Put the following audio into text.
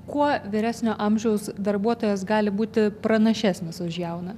kuo vyresnio amžiaus darbuotojas gali būti pranašesnis už jauną